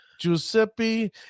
Giuseppe